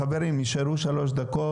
חברים, נשארו שלוש דקות.